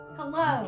Hello